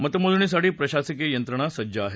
मतमोजणीसाठी प्रशासकीय यंत्रणा सज्ज आहे